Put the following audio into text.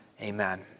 Amen